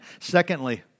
Secondly